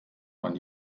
man